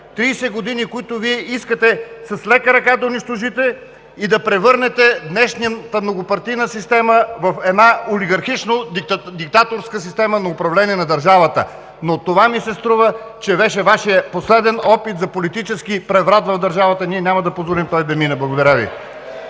години, които Вие искате с лека ръка да унищожите и да превърнете днешната многопартийна система в една олигархично-диктаторска система на управление на държавата. Струва ми се, че това беше Вашият последен опит за политически преврат в държавата и ние няма да позволим той да мине! Благодаря Ви.